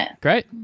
Great